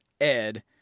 Ed